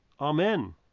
Amen